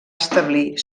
establir